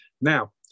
Now